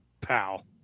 Pal